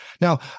Now